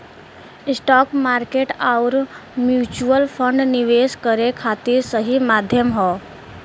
stock market आउर mutual fund निवेश करे खातिर सही माध्यम हौ